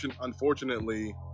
unfortunately